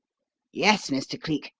yes, mr. cleek.